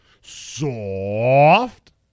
soft